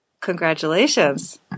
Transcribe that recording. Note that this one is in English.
Congratulations